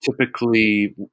typically